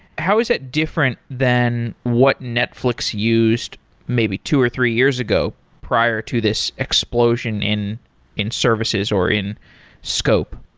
how is that different than what netflix used maybe two or three years ago prior to this explosion in in services, or in scope?